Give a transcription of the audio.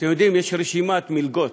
אתם יודעים, יש רשימת מלגות